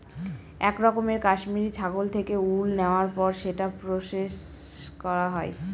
এক রকমের কাশ্মিরী ছাগল থেকে উল নেওয়ার পর সেটা প্রসেস করা হয়